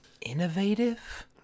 Innovative